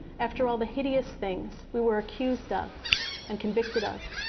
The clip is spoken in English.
after all the hideous things we were accused of and convicted of,